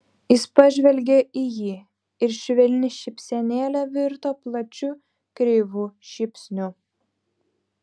ji pažvelgė į jį ir švelni šypsenėlė virto plačiu kreivu šypsniu